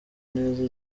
neza